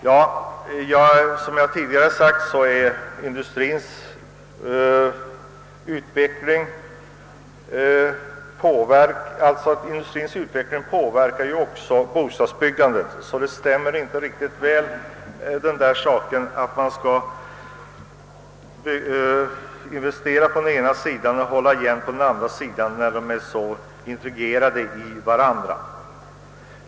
Såsom jag tidigare framhållit, påverkar emellertid industriens utveckling också bostadsbyggandet, varför resonemanget, att man skall investera mera på den ena sidan och hålla igen på den andra inte riktigt går ihop. Dessa områden är integrerade med varandra.